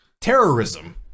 terrorism